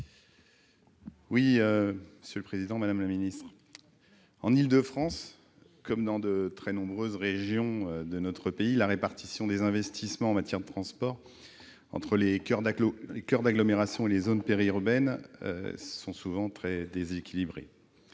Olivier Léonhardt. En Île-de-France comme dans de nombreuses régions de notre pays, la répartition des investissements en matière de transports entre les coeurs d'agglomération et les zones périurbaines est souvent très déséquilibrée.